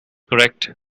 correct